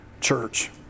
church